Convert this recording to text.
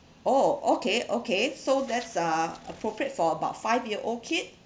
oh okay okay so that's uh appropriate for about five year old kid